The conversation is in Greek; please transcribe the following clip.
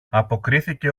αποκρίθηκε